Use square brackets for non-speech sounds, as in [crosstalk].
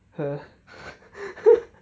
ah [laughs]